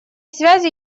связи